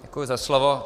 Děkuji za slovo.